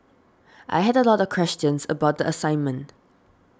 I had a lot of questions about the assignment